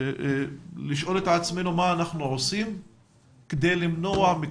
היום ה-10 באוגוסט 2020. הישיבה עוסקת בשני החוקים